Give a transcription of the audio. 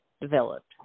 developed